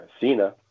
Cena